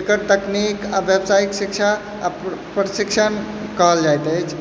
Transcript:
एकर तकनीक आओर व्यावसायिक शिक्षा आओर प्रशिक्षण कहल जाइत अछि